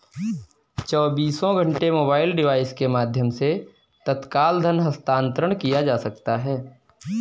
चौबीसों घंटे mobile device के माध्यम से तत्काल धन हस्तांतरण किया जा सकता है